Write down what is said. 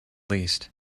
least